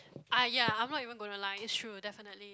ah ya I'm not even gonna lie it's true definitely